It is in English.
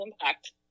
Impact